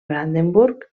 brandenburg